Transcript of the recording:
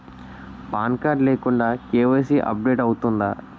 Pan card లేకుండా KYC update అవుతుందా?